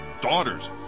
daughters